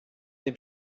dem